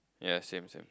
yea same same